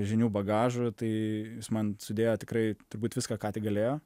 žinių bagažu tai man sudėjo tikrai turbūt viską ką tik galėjo